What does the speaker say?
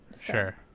Sure